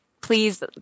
please